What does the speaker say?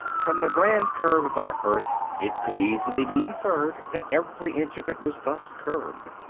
from the grand curve of our earth it could easily be inferred that every inch of it was thus curved.